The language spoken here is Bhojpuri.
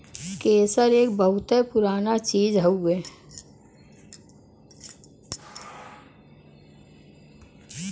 केसर एक बहुते पुराना चीज हउवे